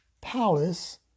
palace